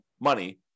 money